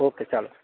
okay ચાલો